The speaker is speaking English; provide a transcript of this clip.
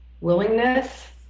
willingness